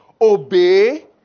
obey